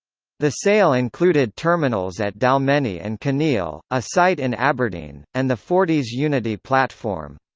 the sale included terminals at dalmeny and kinneil, a site in aberdeen, and the forties unity platform.